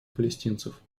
палестинцев